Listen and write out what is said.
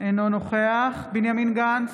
אינו נוכח בנימין גנץ,